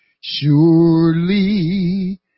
surely